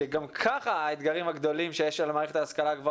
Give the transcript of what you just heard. כשגם ככה האתגרים הגדולים שיש על מערכת ההשכלה הגבוהה